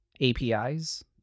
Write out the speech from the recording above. APIs